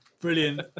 Brilliant